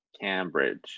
Cambridge